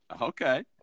Okay